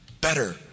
better